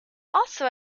also